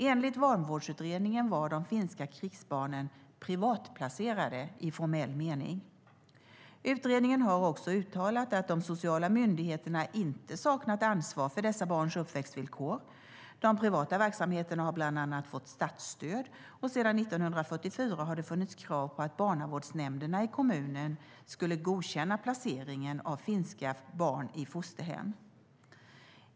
Enligt Vanvårdsutredningen var de finska krigsbarnen privatplacerade i formell mening. Utredningen har också uttalat att de sociala myndigheterna inte saknat ansvar för dessa barns uppväxtvillkor. De privata verksamheterna har bland annat fått statsstöd, och sedan 1944 har det funnits krav på att barnavårdsnämnderna i kommunerna skulle godkänna placeringarna av finska barn i fosterhem.